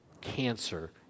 cancer